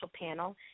panel